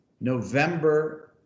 November